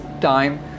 time